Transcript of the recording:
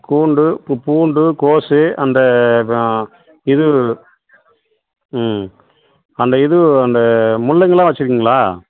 பூண்டு பூ பூண்டு கோஸ் அந்த அப்புறம் இது ம் அந்த இது அந்த முள்ளங்கிலாம் வச்சிருக்கீங்களா